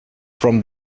from